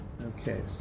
Okay